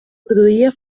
produïa